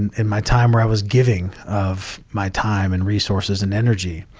and in my time where i was giving of my time and resources and energy.